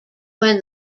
when